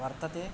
वर्तते